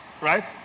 Right